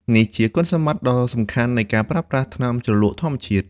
នេះជាគុណសម្បត្តិដ៏សំខាន់នៃការប្រើប្រាស់ថ្នាំជ្រលក់ធម្មជាតិ។